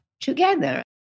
together